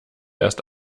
erst